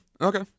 okay